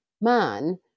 man